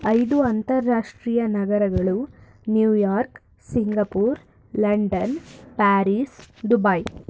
ಐದು ಅಂತಾರಾಷ್ಟ್ರೀಯ ನಗರಗಳು New York Singapore London Paris Dubai